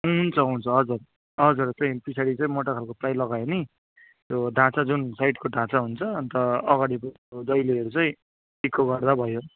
हुन्छ हुन्छ हजुर हजुर त्यही पछाडि चाहिँ मोटा खालको प्लाई लगायो भने त्यो ढाँचा जुन साइडको ढाँचा हुन्छ अन्त अघाडिको दैलोहरू चाहिँ टिकको गर्दा भयो